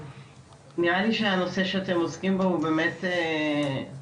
נראה לי שהנושא שאתם עוסקים בו הוא באמת אולי